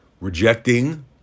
rejecting